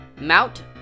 Mount